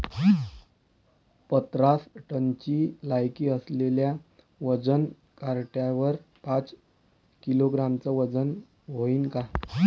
पन्नास टनची लायकी असलेल्या वजन काट्यावर पाच किलोग्रॅमचं वजन व्हईन का?